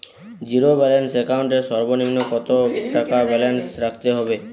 Zero balance account এর সর্বনিম্ন কত টাকা ব্যালেন্স রাখতে হবে?